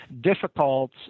Difficult